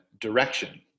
direction